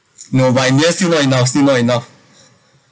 no but in the end still not enough still not enough